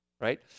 right